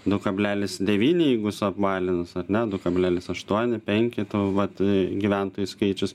du kablelis devyni jeigu suapvalinus ar ne du kablelis aštuoni penki tų vat gyventojų skaičius